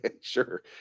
Sure